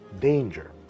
danger